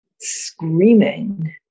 screaming